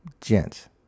Gents